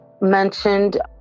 mentioned